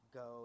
go